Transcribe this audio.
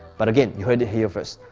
but again, you heard it here first,